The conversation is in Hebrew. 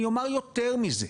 אני אומר יותר מזה: